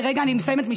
אני מסיימת,